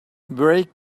break